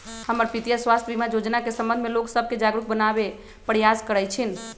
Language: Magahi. हमर पितीया स्वास्थ्य बीमा जोजना के संबंध में लोग सभके जागरूक बनाबे प्रयास करइ छिन्ह